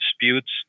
disputes